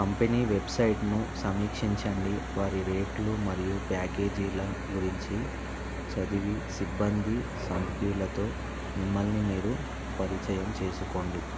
company వెబ్సైట్ను సమీక్షించండి వారి రేట్లు మరియు ప్యాకేజీల గురించి చదివి సిబ్బంది సభ్యులతో మిమ్మల్ని మీరు పరిచయం చేసుకోండి